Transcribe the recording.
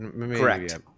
Correct